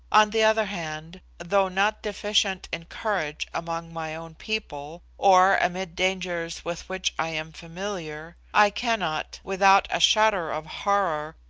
on the other hand, though not deficient in courage among my own people, or amid dangers with which i am familiar, i cannot, without a shudder of horror,